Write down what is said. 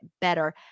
better